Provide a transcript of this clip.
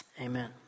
Amen